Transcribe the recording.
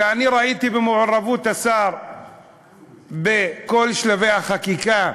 אני ראיתי את מעורבות השר בכל שלבי החקיקה,